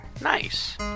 Nice